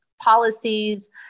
policies